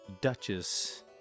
Duchess